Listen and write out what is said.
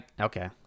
okay